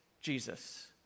Jesus